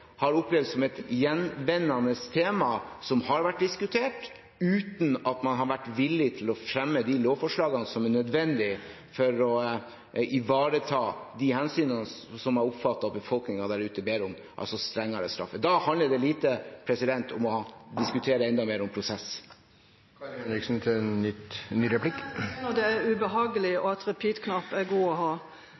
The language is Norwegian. har opplevd som et tilbakevendende tema som har vært diskutert, uten at man har vært villig til å fremme de lovforslagene som er nødvendige for å ivareta de hensynene som jeg oppfatter at befolkningen ber om, altså strengere straffer. Da handler det lite om å diskutere enda mer om prosess. Jeg skjønner at det er ubehagelig, og at «repeat»-knappen er god å ha.